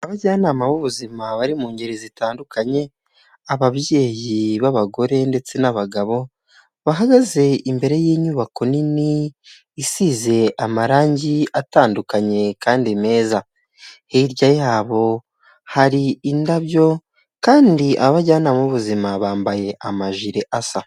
Abajyanama b'ubuzima bari mu ngeri zitandukanye, ababyeyi b'abagore ndetse n'abagabo, bahagaze imbere y'inyubako nini isize amarangi atandukanye kandi meza. Hirya yabo hari indabyo kandi abajyanama b'ubuzima bambaye amajire asa.